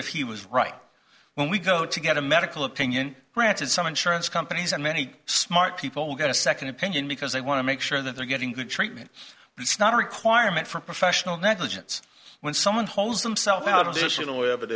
if he was right when we go to get a medical opinion granted some insurance companies and many smart people will get a second opinion because they want to make sure that they're getting good treatment but it's not a requirement for professional negligence when someone holds themsel